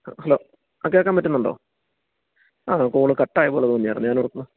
hello ആ കേൾക്കാൻ പറ്റുന്നുണ്ടോ ആണോ കോള് കട്ടായത് പോലെ തോന്നിയായിരുന്നു ഞാൻ ഓർത്തു